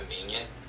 convenient